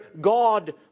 God